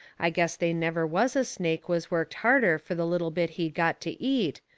i guess they never was a snake was worked harder fur the little bit he got to eat,